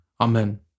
Amen